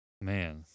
Man